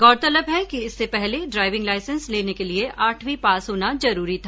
गौरतलब है कि इससे पहले ड्राइविंग लाइसेंस लेने के लिए आठवीं पास होना जरूरी था